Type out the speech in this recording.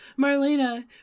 Marlena